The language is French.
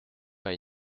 pas